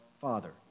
Father